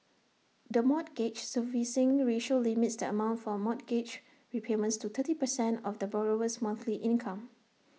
the mortgage servicing ratio limits the amount for mortgage repayments to thirty percent of the borrower's monthly income